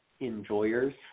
enjoyers